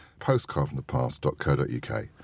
postcardfromthepast.co.uk